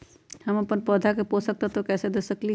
हम अपन पौधा के पोषक तत्व कैसे दे सकली ह?